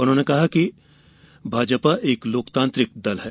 उन्होंने कहा कि भाजपा एक लोकतांत्रिक दल है